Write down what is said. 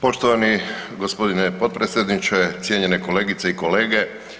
Poštovani g. potpredsjedniče, cijenjene kolegice i kolege.